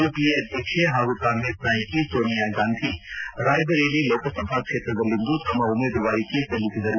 UPA ಅಧ್ಯಕ್ಷೆ ಹಾಗೂ ಕಾಂಗ್ರೆಸ್ ನಾಯಕಿ ಸೋನಿಯಾ ಗಾಂಧಿ ರಾಯ್ ಬರೇಲಿ ಲೋಕಸಭಾ ಕ್ಷೇತ್ರದಲ್ಲಿಂದು ತಮ್ಮ ಉಮೇದುವಾರಿಕೆ ಸಲ್ಲಿಸಿದರು